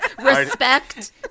respect